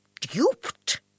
duped